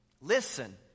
Listen